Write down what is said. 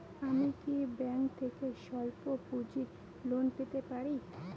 আমি কি ব্যাংক থেকে স্বল্প পুঁজির লোন পেতে পারি?